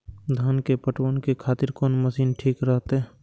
धान के पटवन के खातिर कोन मशीन ठीक रहते?